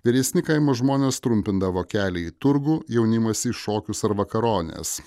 vyresni kaimo žmonės trumpindavo kelią į turgų jaunimas į šokius ar vakarones